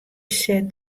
set